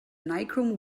nichrome